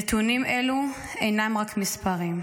נתונים אלו אינם רק מספרים,